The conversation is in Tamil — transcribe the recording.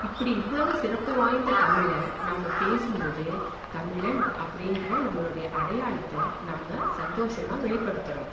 இப்படி இவ்வளவு சிறப்பு வாய்ந்த தமிழ நாம் பேசும்போது தமிழன் அப்படின்ற நம்மளுடைய அடையாளத்தை நாம் சந்தோஷமாக வெளிப்படுத்துகிறோம்